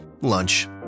lunch